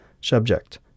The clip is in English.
Subject